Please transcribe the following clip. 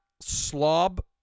slob